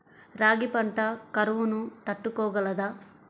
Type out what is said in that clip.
రాగి పంట కరువును తట్టుకోగలదా?